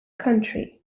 country